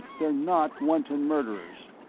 they're not wanton murderers.